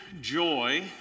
joy